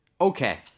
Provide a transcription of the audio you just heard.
Okay